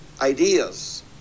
ideas